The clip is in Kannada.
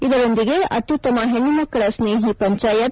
ಇದರೊಂದಿಗೆ ಅತ್ಯುತ್ತಮ ಹೆಣ್ಣುಮಕ್ಕಳ ಸ್ತೇಹಿ ಪಂಚಾಯತ್